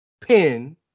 pin